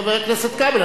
חבר הכנסת כבל,